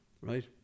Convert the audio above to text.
Right